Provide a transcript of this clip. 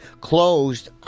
closed